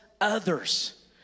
others